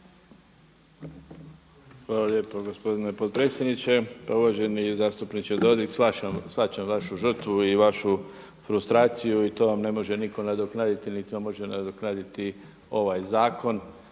Hvala lijepo gospodine potpredsjedniče. Pa uvaženi zastupniče Dodig shvaćam vašu žrtvu i vašu frustraciju i to vam ne može nitko nadoknaditi, niti vam može nadoknaditi ovaj zakon.